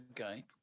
Okay